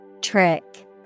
Trick